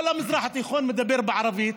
כל המזרח התיכון מדבר בערבית,